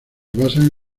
basan